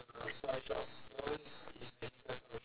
for you right okay that's all for me only